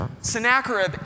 Sennacherib